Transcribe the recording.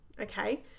Okay